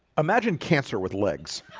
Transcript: imagine cancer with legs